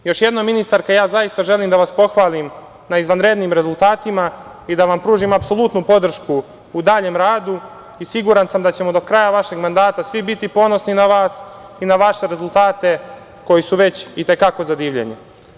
Još jednom, ministarka, zaista želim da vas pohvalim na izvanrednim rezultatima i da vam pružim apsolutnu podršku u daljem radu i siguran sam da ćemo do kraja vašeg mandata svi biti ponosni na vas i na vaše rezultate koji su već i te kako za divljenje.